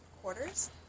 quarters